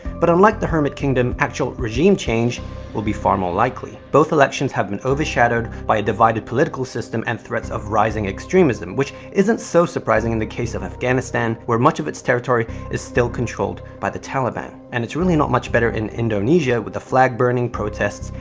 but unlike the hermit kingdom, actual regime change will be far more likely. both elections have been overshadowed by a divided political system and threats of rising extremism, which isn't so surprising in the case of afghanistan, where much of its territory is still controlled by the taliban, and it's really not much better in indonesia, indonesia, with the flag burning, protests,